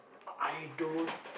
I don't